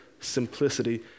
simplicity